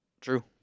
True